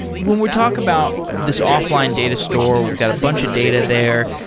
when we talk about this offline data store, we've got a bunch of data there,